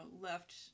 left